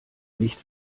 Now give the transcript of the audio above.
nicht